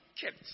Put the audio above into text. kept